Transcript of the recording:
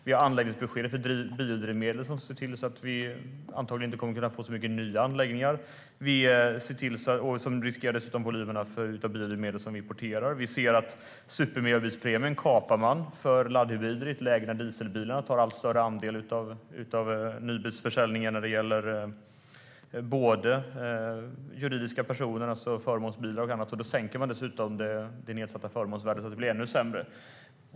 Enligt Anläggningsbesked för biodrivmedel kommer det antagligen inte att bli så många nya anläggningar för biodrivmedel. Dessutom äventyras volymerna av biodrivmedel som vi importerar. Man kapar i supermiljöbilspremien för laddhybrider i ett läge då dieselbilar utgör en allt större andel av nybilsförsäljningen. Det gäller också för juridiska personer - alltså förmånsbilar. Samtidigt sänker man förmånsvärdet, så att det hela blir ännu sämre.